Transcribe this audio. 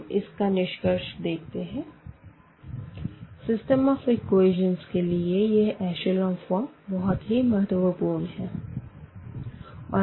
अब इसका निष्कर्ष देखते है सिस्टम ऑफ़ इक्वेशन के लिए यह एशलों फ़ॉर्म बहुत ही महत्वपूर्ण है